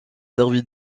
servi